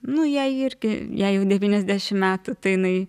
nu jai irgi jai jau devyniasdešimt metų tai jinai